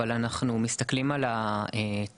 אבל אנחנו מסתכלים על התמלוגים